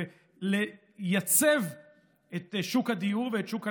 כדי לייצב את שוק הדיור ואת שוק הנדל"ן,